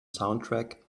soundtrack